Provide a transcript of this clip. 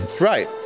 Right